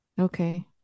okay